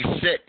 sit